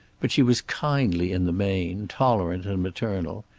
but she was kindly in the main, tolerant and maternal.